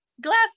Glass